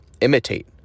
Imitate